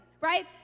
right